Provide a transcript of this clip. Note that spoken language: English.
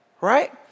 right